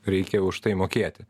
reikia už tai mokėti